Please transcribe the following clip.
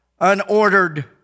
unordered